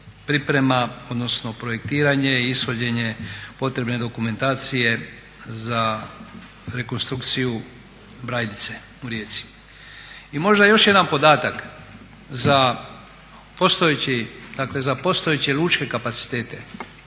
priprema odnosno projektiranje i ishođenje potrebne dokumentacije za rekonstrukciju Brajdice u Rijeci. I možda još jedan podatak, za postojeće lučke kapacitete